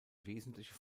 wesentliche